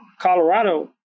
Colorado